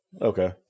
okay